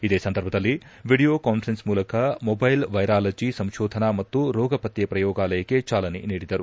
ಇದೇ ಸಂದರ್ಭದಲ್ಲಿ video conference ಮೂಲಕ ಮೊಬೈಲ್ ವೈರಾಲಜಿ ಸಂಶೋಧನಾ ಮತ್ತು ರೋಗ ಪತ್ತೆ ಪ್ರಯೋಗಾಲಯಕ್ಕೆ ಚಾಲನೆ ನೀಡಿದರು